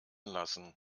lassen